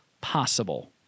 possible